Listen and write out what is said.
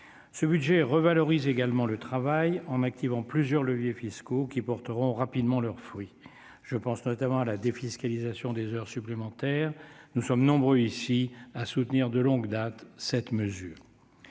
Ce budget revalorise également le travail, en activant plusieurs leviers fiscaux qui porteront rapidement leurs fruits. Je pense notamment à la défiscalisation des heures supplémentaires. Nous sommes nombreux ici à soutenir de longue date cette mesure.